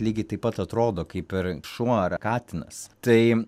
lygiai taip pat atrodo kaip ir šuo ar katinas tai